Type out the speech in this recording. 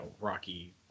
Rocky